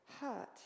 hurt